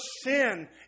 sin